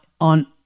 on